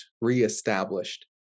reestablished